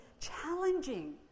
challenging